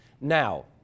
Now